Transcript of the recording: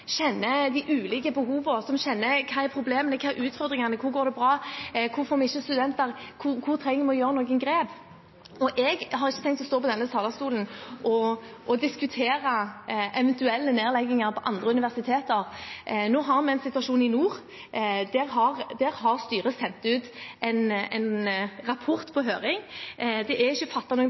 kjenner de ulike behovene, som kjenner hva som er problemene, hva som er utfordringene – hvor går det bra, hvor får vi ikke studenter, og hvor trenger vi å gjøre noen grep? Jeg har ikke tenkt å stå på denne talerstolen og diskutere eventuelle nedlegginger på andre universiteter. Nå har vi en situasjon i nord. Der har styret sendt en rapport ut på høring. Det er ikke fattet noen